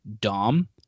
DOM